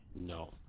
No